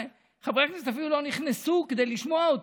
חברי הכנסת אפילו לא נכנסו כדי לשמוע אותו.